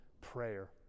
prayer